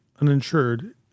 uninsured